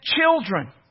children